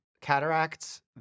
cataracts